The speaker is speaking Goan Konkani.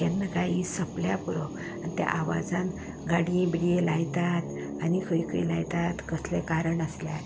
की केन्ना काय ही सोंपल्यार पुरो आनी त्या आवजान गाडये बिडये लायतात आनी खंय खंय लायतात कसलेंय कारण आसल्यार